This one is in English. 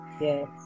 Yes